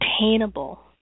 attainable